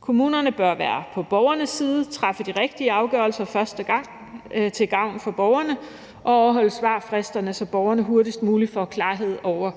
Kommunerne bør være på borgernes side, træffe de rigtige afgørelser første gang til gavn for borgerne og overholde svarfristerne, så borgerne hurtigst muligt får klarhed over